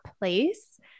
place